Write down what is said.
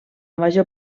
major